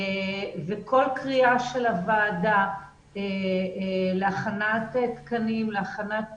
וכל קריאה של הוועדה להכנת תקנים, להכנת פעילות,